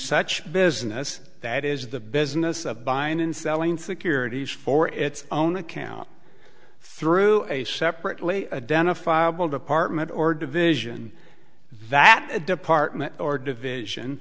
such business that is the business of buying and selling securities for its own account through a separately adana file department or division that a department or division